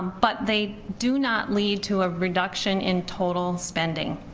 but they do not lead to a reduction in total spending.